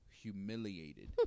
humiliated